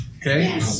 okay